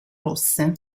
rosse